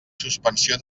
suspensió